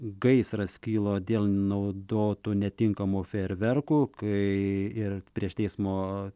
gaisras kilo dėl naudotų netinkamų fejerverkų kai ir prieš teismo